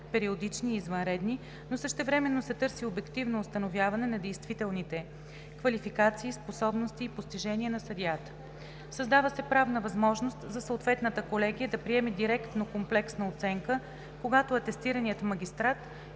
периодични и извънредни, но същевременно се търси обективно установяване на действителните квалификации, способности и постижения на съдията. Създава се правна възможност за съответната колегия да приеме директно комплексна оценка, когато атестираният магистрат